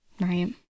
Right